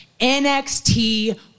NXT